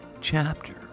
chapter